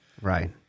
Right